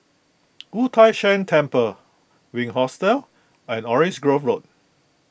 Wu Tai Shan Temple Wink Hostel and Orange Grove Road